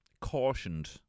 cautioned